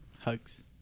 Hugs